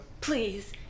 Please